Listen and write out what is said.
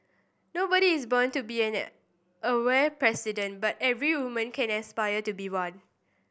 nobody is born to be an aware president but every woman can aspire to be one